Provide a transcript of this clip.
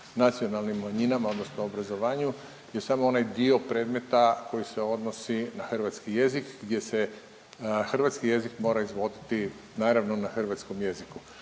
nacionalnim manjinama, odnosno obrazovanju je samo onaj dio predmeta koji se odnosi na hrvatski jezik gdje se hrvatski jezik mora izvoditi naravno na hrvatskom jeziku.